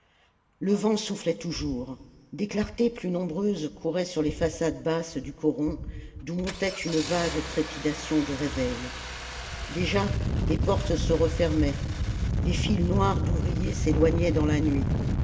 le vent soufflait toujours des clartés plus nombreuses couraient sur les façades basses du coron d'où montait une vague trépidation de réveil déjà des portes se refermaient des files noires d'ouvriers s'éloignaient dans la nuit